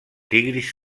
tigris